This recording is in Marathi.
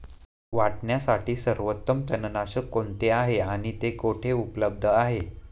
वाटाण्यासाठी सर्वोत्तम तणनाशक कोणते आहे आणि ते कुठे उपलब्ध आहे?